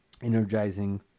energizing